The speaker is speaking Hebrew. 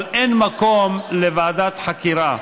אבל אין מקום לוועדת חקירה.